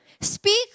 Speak